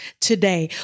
today